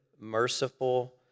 merciful